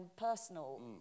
personal